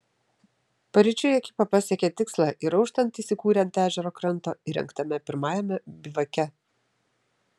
paryčiui ekipa pasiekė tikslą ir auštant įsikūrė ant ežero kranto įrengtame pirmajame bivake